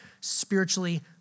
spiritually